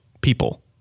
people